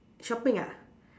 shopping ah